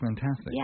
fantastic